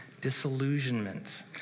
disillusionment